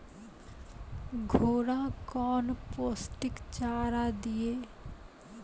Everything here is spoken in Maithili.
घोड़ा कौन पोस्टिक चारा दिए?